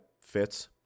fits